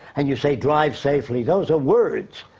and you say drive safely. those are words.